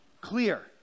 Clear